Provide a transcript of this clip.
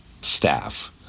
staff